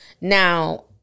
Now